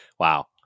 Wow